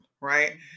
Right